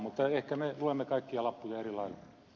mutta ehkä me luemme kaikkia lappuja eri lailla